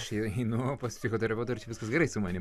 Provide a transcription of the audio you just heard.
aš einu pas psichoterapeutą ar čia viskas gerai sumanim